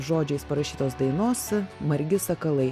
žodžiais parašytas dainos margi sakalai